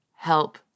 help